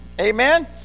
Amen